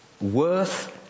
worth